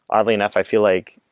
oddly enough, i feel like,